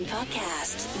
Podcast